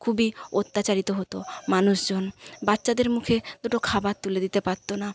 খুবই অত্যাচারিত হতো মানুষজন বাচ্চাদের মুখে দুটো খাবার তুলে দিতে পারতো না